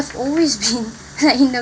I've always been like in a